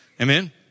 Amen